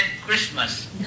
Christmas